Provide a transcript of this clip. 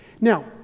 Now